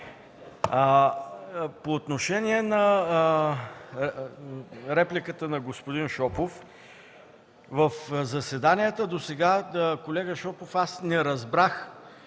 По отношение репликата на господин Шопов. В заседанията досега, колега Шопов, аз не разбрах,